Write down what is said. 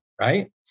right